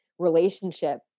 relationship